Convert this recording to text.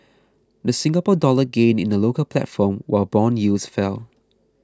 the Singapore Dollar gained in the local platform while bond yields fell